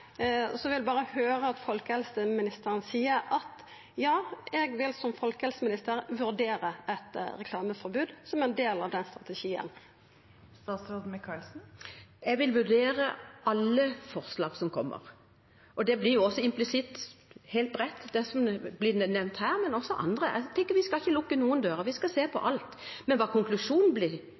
vil eg berre høyra folkehelseministeren seia: Ja, eg vil som folkehelseminister vurdera reklameforbod som ein del av den strategien. Jeg vil vurdere alle forslag som kommer, og det blir implisitt også bredt – det som er nevnt her, men også andre. Jeg tenker at vi skal ikke lukke noen dører. Vi skal se på alt. Men hva konklusjonen blir,